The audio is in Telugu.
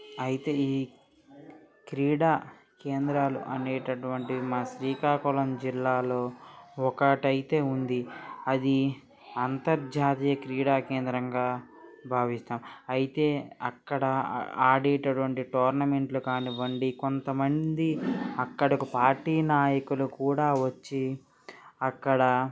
అయితే ఈ క్రీడా కేంద్రాలు అనేటటువంటి మా శ్రీకాకుళం జిల్లాలో ఒకటి ఉంది అది అంతర్జాతీయ క్రీడా కేంద్రంగా భావిస్తాం అయితే అక్కడ ఆ ఆడేటటువంటి టోర్నమెంట్లు కానివ్వండి కొంతమంది అక్కడకు పార్టీ నాయకులు కూడా వచ్చి అక్కడ